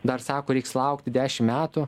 dar sako reiks laukti dešim metų